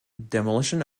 demolition